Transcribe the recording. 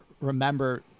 remember